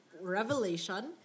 revelation